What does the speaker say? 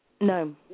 No